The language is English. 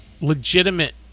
legitimate